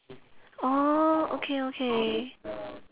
oh okay okay